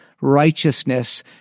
righteousness